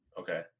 Okay